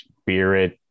spirit